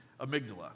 amygdala